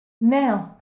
Now